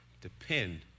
depend